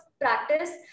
practice